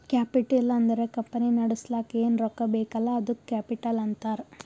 capital ಅಂದುರ್ company ನಡುಸ್ಲಕ್ ಏನ್ ರೊಕ್ಕಾ ಬೇಕಲ್ಲ ಅದ್ದುಕ ಕ್ಯಾಪಿಟಲ್ ಅಂತಾರ್